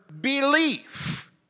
belief